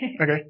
Okay